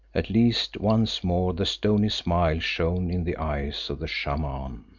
at least once more the stony smile shone in the eyes of the shaman.